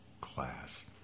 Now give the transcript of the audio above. class